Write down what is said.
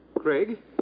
Craig